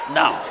now